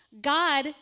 God